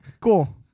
Cool